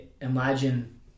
imagine